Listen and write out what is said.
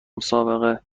مسابقه